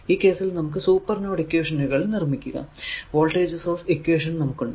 ഈ കേസിൽ നമുക്ക് സൂപ്പർ നോഡ് ഇക്വേഷനുകൾ നിർമിക്കുക വോൾടേജ് സോഴ്സ് ഇക്വേഷൻ നമുക്കുണ്ട്